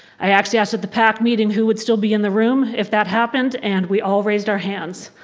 i actually asked that the pac meeting, who would still be in the room if that happened? and we all raised our hands.